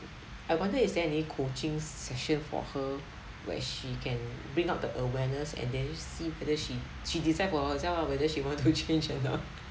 I wonder is there any coaching session for her where she can bring out the awareness and then see whether she she decide for herself ah whether she want to change or not